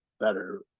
better